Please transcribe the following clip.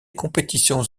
compétitions